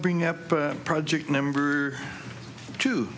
bring up project number two